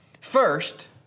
First